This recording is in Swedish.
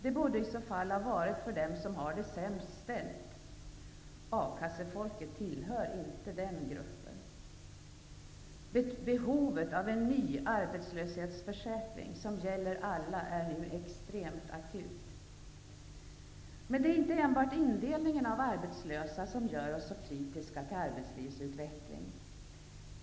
Det borde i så fall ha varit för dem som har det sämst ställt. A-kassefolket tillhör inte den gruppen. Behovet av en ny arbetslöshetsförsäkring som gäller alla är nu extremt akut. Det är inte enbart indelningen av arbetslösa som gör oss så kritiska till arbetslivsutveckling.